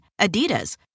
Adidas